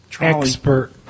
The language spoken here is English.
expert